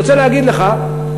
אני רוצה להגיד לך,